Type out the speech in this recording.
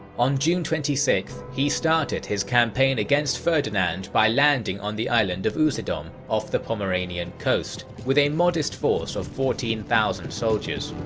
on june twenty sixth he started his campaign against ferdinand by landing on the island of usedom, off the pomeranian coast, with a modest force of fourteen thousand soldiers.